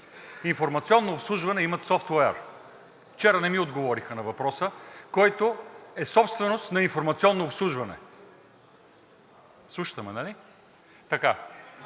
„Информационно обслужване“ имат софтуер, а вчера не ми отговориха на въпроса за софтуера, който е собственост на „Информационно обслужване“. Слушате ме, нали? Този